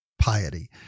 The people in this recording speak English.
piety